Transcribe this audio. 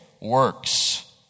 works